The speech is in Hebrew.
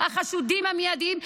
החשודים המיידיים,